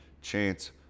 chance